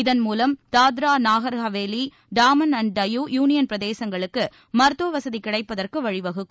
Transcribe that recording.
இதன் மூலம் Nagar Haveli Daman and Diu union பிரதேசங்களுக்கு மருத்துவ வசதி கிடைப்பதற்கு வழிவகுக்கும்